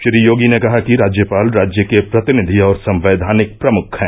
श्री योगी ने कहा कि राज्यपाल राज्य के प्रतिनिधि और संवैधानिक प्रमुख हैं